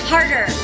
Harder